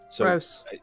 Gross